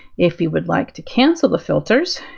if you would like to cancel the filters,